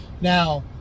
Now